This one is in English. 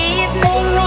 evening